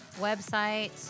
website